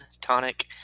tonic